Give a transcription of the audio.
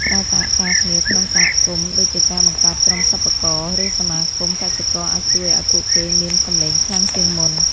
ការសហការគ្នាក្នុងសហគមន៍ដូចជាការបង្កើតក្រុមសិប្បករ ឬសមាគមកសិករអាចជួយឱ្យពួកគេមានសំឡេងខ្លាំងជាងមុន។